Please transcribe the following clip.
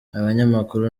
abanyamakuru